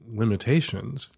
limitations